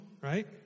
right